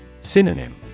Synonym